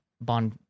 Bond